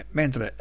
mentre